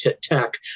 tech